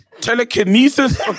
Telekinesis